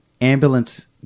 ambulance